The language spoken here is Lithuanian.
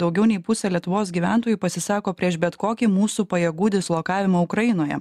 daugiau nei pusė lietuvos gyventojų pasisako prieš bet kokį mūsų pajėgų dislokavimą ukrainoje